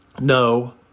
No